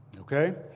ok?